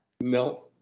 No